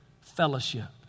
fellowship